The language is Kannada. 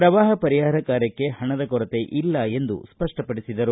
ಪ್ರವಾಪ ವರಿಹಾರ ಕಾರ್ಯಕ್ಕೆ ಪಣದ ಕೊರತೆ ಇಲ್ಲ ಎಂದು ಸ್ಪಷ್ಟವಡಿಸಿದರು